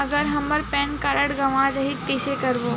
अगर हमर PAN card गवां जाही कइसे करबो?